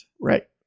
right